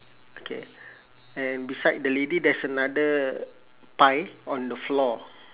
okay and beside the lady there's another pie on the floor